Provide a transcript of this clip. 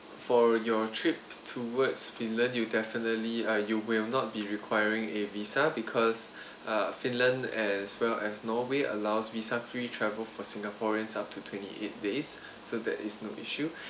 for your trip towards finland you definitely uh you will not be requiring a visa because uh finland as well as norway allows visa free travel for singaporeans up to twenty eight days so there is no issue